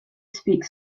speak